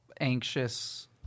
anxious